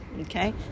Okay